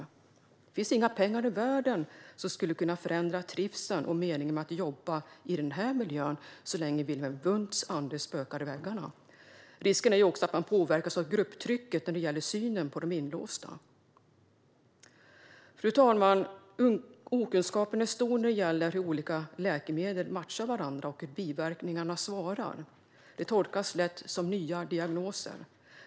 Det finns inga pengar i världen som skulle kunna förändra trivseln och meningen med att jobba i den miljön så länge Wilhelm Wundts ande spökar i väggarna. Risken är också att man påverkas av grupptrycket när det gäller synen på de inlåsta. Fru talman! Okunskapen är stor när det gäller hur olika läkemedel matchar varandra och hur biverkningarna svarar. Det tolkas lätt som nya diagnoser.